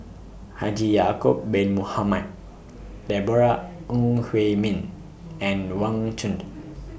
Haji Ya'Acob Bin Mohamed Deborah Ong Hui Min and Wang Chunde